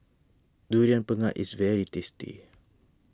Durian Pengat is very tasty